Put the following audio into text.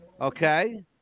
Okay